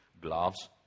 Gloves